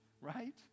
Right